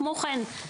כמו כן,